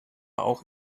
auch